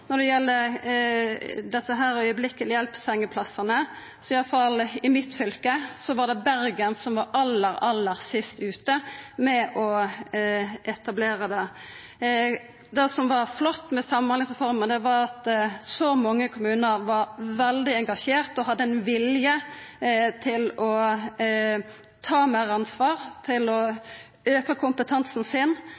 Når det gjeld desse strakshjelp-sengeplassane, var det i mitt fylke iallfall Bergen som var aller, aller sist ute med å etablera det. Det som var flott med samhandlingsreforma, var at så mange kommunar var veldig engasjerte og hadde ein vilje til å ta meir ansvar, til å